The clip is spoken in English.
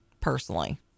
personally